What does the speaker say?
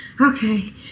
okay